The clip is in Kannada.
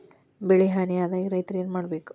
ಬೆಳಿ ಹಾನಿ ಆದಾಗ ರೈತ್ರ ಏನ್ ಮಾಡ್ಬೇಕ್?